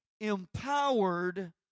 empowered